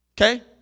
Okay